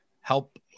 help